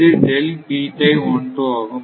இது ஆகும்